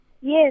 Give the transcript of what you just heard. Yes